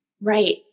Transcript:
right